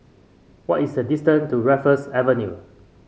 what is the distant to Raffles Avenue